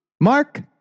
Mark